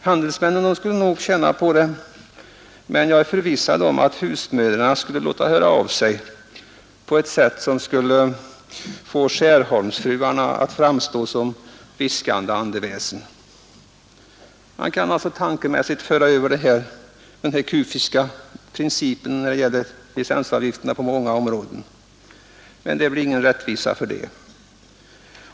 Handelsmännen skulle nog tjäna på det, men husmödrarna skulle låta höra av sig på ett sätt som skulle få Skärholmsfruarna att framstå som viskande andeväsen. Man kan alltså tankemässigt föra över denna kufiska princip som gäller TV-licensavgifterna till andra områden, men det blir ingen rättvisa för det.